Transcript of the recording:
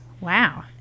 wow